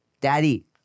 Daddy